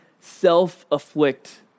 self-afflict